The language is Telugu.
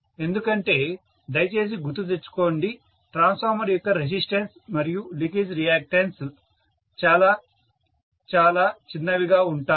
ఎందుకంటే దయచేసి గుర్తు తెచ్చుకోండి ట్రాన్స్ఫార్మర్ యొక్క రెసిస్టెన్స్ మరియు లీకేజ్ రియాక్టన్స్ లు చాలా చాలా చిన్నవిగా ఉంటాయి